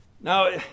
Now